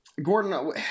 Gordon